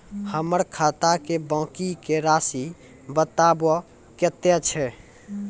हमर खाता के बाँकी के रासि बताबो कतेय छै?